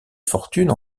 fortunes